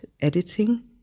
editing